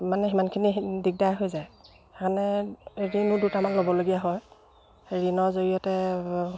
মানে সিমানখিনি দিগদাৰ হৈ যায় সেইকাৰণে ঋণো দুটামান ল'বলগীয়া হয় ঋণৰ জৰিয়তে